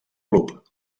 club